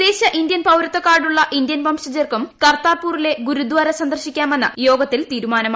വിദേശ ഇന്ത്യൻ പൌരത്വ കാർഡുള്ള ഇന്ത്യൻ വംശജർക്കും കർതാർപൂറിലെ ഗുരുദ്വാര സന്ദർശിക്കാമെന്ന് യോഗത്തിൽ തീരുമാനമായി